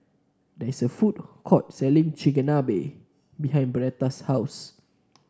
there is a food court selling Chigenabe behind Bernetta's house